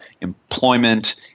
employment